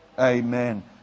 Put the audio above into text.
Amen